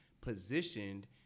positioned